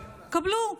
קבלו.